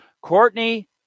Courtney